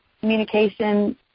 communication